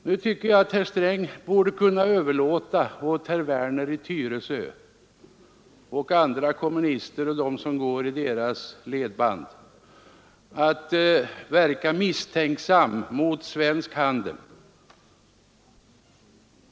Jag tycker att herr Sträng borde kunna överlåta åt herr Werner i Tyresö och andra kommunister och dem som går i kommunisternas ledband att vara misstänksamma mot svensk handel.